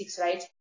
right